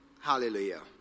Hallelujah